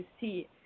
see